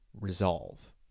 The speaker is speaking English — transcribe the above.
resolve